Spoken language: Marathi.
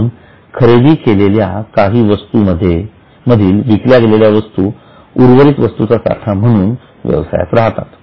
म्हणून खरेदी केलेल्या काही वस्तू मधील विकल्या गेलेल्या वस्तू उर्वरित वस्तूंचा साठा म्हणून व्यवसायात राहतील